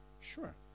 Sure